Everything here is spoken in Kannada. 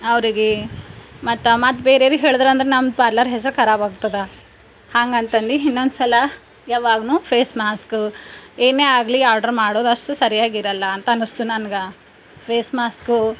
ಅವ್ರಿಗೆ ಮತ್ತು ಮತ್ತು ಬೇರೆರಿಗೆ ಹೇಳ್ದ್ರು ಅಂದ್ರೆ ನಮ್ಮ ಪಾರ್ಲರ್ ಹೆಸ್ರು ಖರಾಬು ಆಗ್ತದೆ ಹಾಂಗೆಂತಂದು ಇನ್ನೊಂದು ಸಲ ಯಾವಾಗ್ಲು ಫೇಸ್ ಮಾಸ್ಕ್ ಏನೇ ಆಗಲಿ ಆರ್ಡ್ರ್ ಮಾಡೋದು ಅಷ್ಟು ಸರ್ಯಾಗಿರೋಲ್ಲ ಅಂತ ಅನಿಸ್ತು ನನ್ಗೆ ಫೇಸ್ ಮಾಸ್ಕು